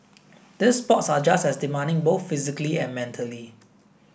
these sports are just as demanding both physically and mentally